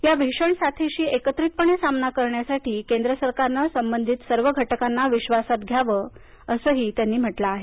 या भीषण साथीशी एकत्रितपणे सामना करण्यासाठी सरकारनं संबधित सर्व घटकांना विश्वासात घ्यावं असंही त्यांनी म्हटलं आहे